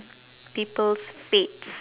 people's fates